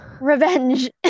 Revenge